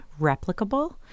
replicable